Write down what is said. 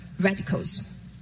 radicals